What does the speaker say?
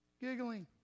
giggling